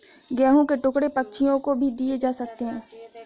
गेहूं के टुकड़े पक्षियों को भी दिए जा सकते हैं